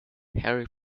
harry